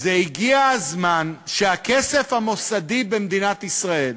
זה: הגיע הזמן שהכסף המוסדי במדינת ישראל